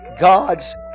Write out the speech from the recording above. God's